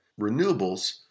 renewables